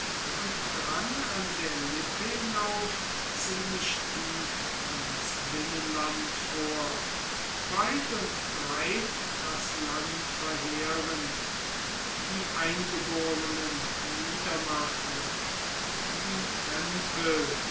und drang an der lippe hinauf ziemlich tief in das binnenland vor weit und breit das land verheerend die eingeborenen niedermachend die tempel